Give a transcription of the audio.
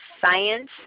science